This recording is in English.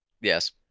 Yes